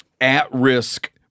at-risk